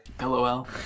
lol